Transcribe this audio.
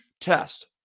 test